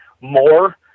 more